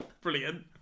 brilliant